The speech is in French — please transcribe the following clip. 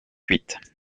huit